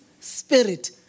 spirit